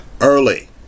early